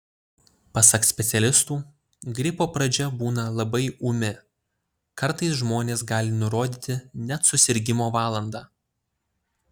pasak specialistų gripo pradžia būna labai ūmi kartais žmonės gali nurodyti net susirgimo valandą